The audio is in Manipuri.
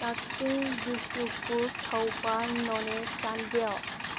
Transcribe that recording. ꯀꯛꯆꯤꯡ ꯕꯤꯁꯅꯨꯄꯨꯔ ꯊꯧꯕꯥꯜ ꯅꯣꯅꯦ ꯆꯥꯟꯗꯦꯜ